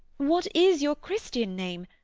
what is your christian name,